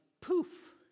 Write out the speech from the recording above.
poof